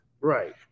Right